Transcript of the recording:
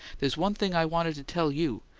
there's one thing i want to tell you,